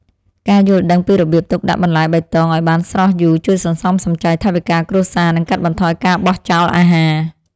ការយល់ដឹងពីរបៀបទុកដាក់បន្លែបៃតងឱ្យបានស្រស់យូរជួយសន្សំសំចៃថវិកាគ្រួសារនិងកាត់បន្ថយការបោះចោលអាហារ។